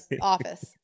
office